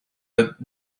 but